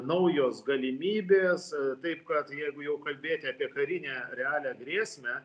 naujos galimybės taip kad jeigu jau kalbėt apie karinę realią grėsmę